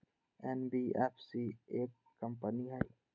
NBFC एक company हई?